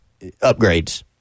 upgrades